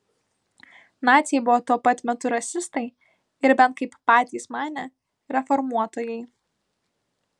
naciai buvo tuo pat metu rasistai ir bent kaip patys manė reformuotojai